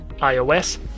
iOS